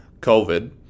COVID